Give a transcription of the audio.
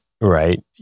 right